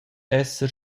esser